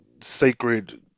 sacred